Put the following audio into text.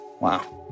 Wow